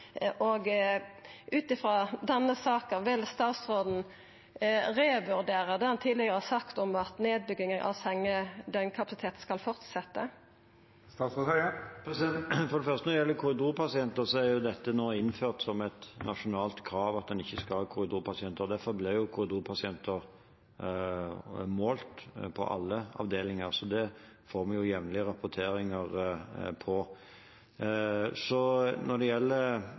Ut frå denne saka – vil statsråden revurdera det han tidlegare har sagt om at nedbygging av sengedøgnkapasiteten skal fortsetja? Når det gjelder korridorpasienter, er det nå innført som et nasjonalt krav at en ikke skal ha korridorpasienter. Derfor blir korridorpasienter målt på alle avdelinger, så det får vi jevnlige rapporteringer om. Når det gjelder